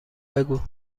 بگو